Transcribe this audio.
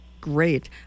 great